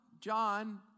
John